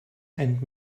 and